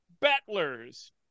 battlers